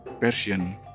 Persian